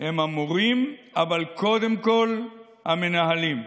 הוא המורים, אבל קודם כול, המנהלים.